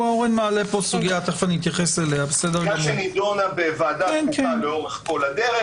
סוגיה שנדונה בוועדת חוקה לאורך כל הדרך.